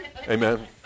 Amen